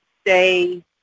stay